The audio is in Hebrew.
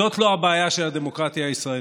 זאת לא הבעיה של הדמוקרטיה הישראלית.